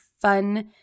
fun